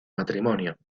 matrimonio